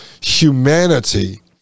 humanity